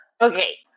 Okay